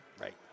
Right